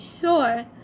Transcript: sure